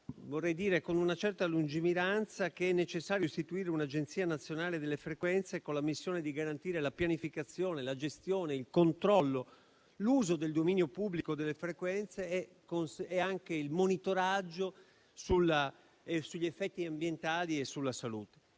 vorrei dire con una certa lungimiranza - che è necessario istituire un'Agenzia nazionale delle frequenze con la missione di garantire la pianificazione, la gestione, il controllo, l'uso del dominio pubblico delle frequenze e anche il monitoraggio sugli effetti ambientali e sulla salute.